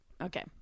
Okay